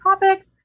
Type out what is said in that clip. topics